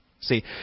See